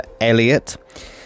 Elliot